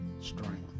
strength